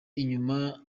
inyuma